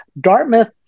Dartmouth